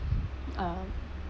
uh